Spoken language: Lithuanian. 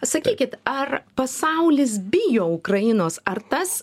sakykit ar pasaulis bijo ukrainos ar tas